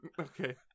Okay